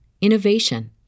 innovation